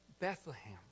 Bethlehem